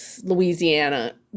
Louisiana